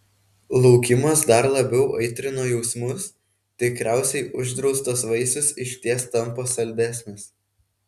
laukimas dar labiau aitrino jausmus tikriausiai uždraustas vaisius išties tampa saldesnis